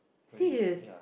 serious